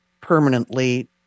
permanently